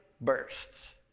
bursts